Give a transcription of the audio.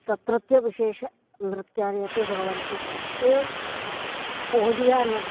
तत्रत्य विशेष नृत्यानि अपि भवन्ति एवम् ओडिया नर्